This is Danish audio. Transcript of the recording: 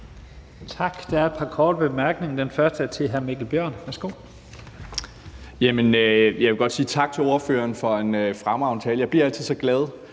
Tak. Der er et par korte bemærkninger. Den første er til hr. Mikkel Bjørn. Værsgo. Kl. 11:06 Mikkel Bjørn (DF): Jeg vil godt sige tak til ordføreren for en fremragende tale. Jeg bliver altid så glad,